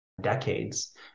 decades